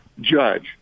judge